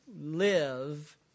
live